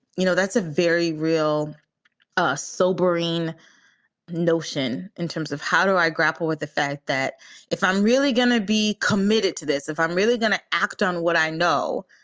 you know, that's a very real ah sobering notion in terms of how do i grapple with the fact that if i'm really going to be committed to this, if i'm really going to act on what i know,